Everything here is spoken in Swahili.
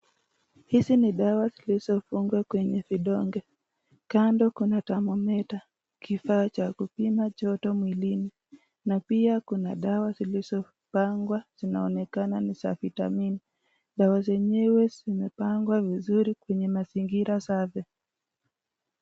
Hizi ni dawa zilizofungwa kwenye vidonge. Kando kuna thermometer kifaa cha kupima joto mwilini, na pia kuna dawa zilizopangwa zinaonekana ni za vitamini. Dawa zenyewe zimepangwa vizuri kwenye mazingira safi.